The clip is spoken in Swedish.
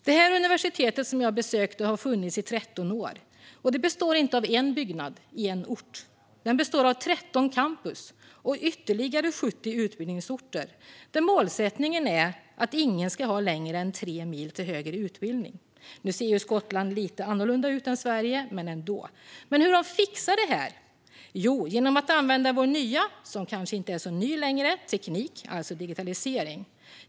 Det universitet som jag besökte har funnits i 13 år, och det består inte av en byggnad på en ort: Det består av 13 campus och ytterligare 70 utbildningsorter, där målsättningen är att ingen ska ha längre än 3 mil till högre utbildning. Nu ser ju Skottland lite annorlunda ut än Sverige, men ändå. Hur de fixar de då detta? Jo, genom att använda vår nya - den kanske inte är så ny längre - teknik, alltså digitalisering.